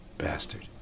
bastard